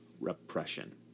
repression